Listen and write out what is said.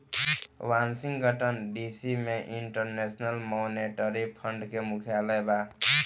Washington DC में International Monetary Fund के मुख्यालय बा